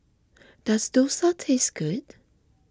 does Dosa taste good